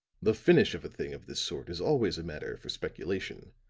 the finish of a thing of this sort is always a matter for speculation.